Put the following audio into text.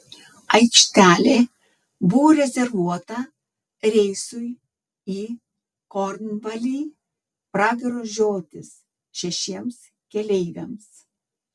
aikštelė buvo rezervuota reisui į kornvalį pragaro žiotis šešiems keleiviams